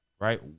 right